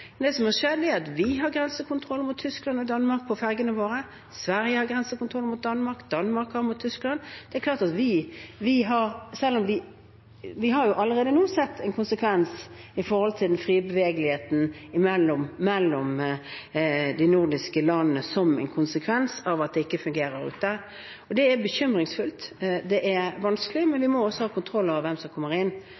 Det som har skjedd, er at vi har grensekontroll mot Tyskland og Danmark på fergene våre, Sverige har grensekontroll mot Danmark, og Danmark har grensekontroll mot Tyskland. Vi har allerede nå sett en konsekvens med tanke på den frie bevegeligheten mellom de nordiske landene fordi det ikke fungerer der ute. Det er bekymringsfullt, det er vanskelig, men